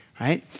right